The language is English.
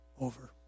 over